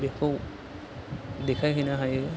बेखौ देखायहैनो हायो